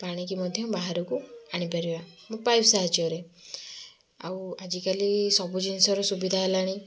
ପାଣିକି ମଧ୍ୟ ବାହାରକୁ ଆଣିପାରିବା ପାଇପ୍ ସାହାଯ୍ୟରେ ଆଉ ଆଜିକାଲି ସବୁଜିନଷର ସୁବିଧା ହେଲାଣି